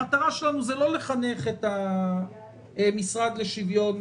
המטרה שלנו היא לא לחנך את המשרד לשוויון